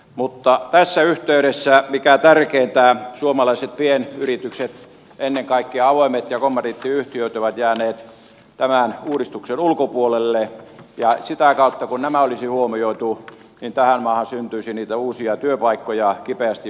mutta tässä yhteydessä mikä tärkeintä suomalaiset pienyritykset ennen kaikkea avoimet ja kommandiittiyhtiöt ovat jääneet tämän uudistuksen ulkopuolelle ja sitä kautta kun nämä huomioitaisiin tähän maahan syntyisi niitä uusi työpaikkoja joita kipeästi kaivataan